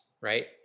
right